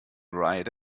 ride